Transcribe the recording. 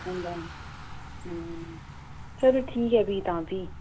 होंदा ऐ अंऽ चलो ठीक ऐ भी तां भी